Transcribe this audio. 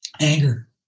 Anger